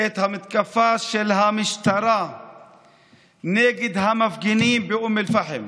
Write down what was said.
את המתקפה של המשטרה נגד המפגינים באום אל-פחם?